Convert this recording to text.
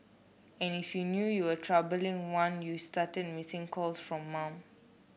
and if you knew you were trouble in one you started missing calls from mum